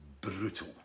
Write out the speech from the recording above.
brutal